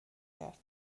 کرد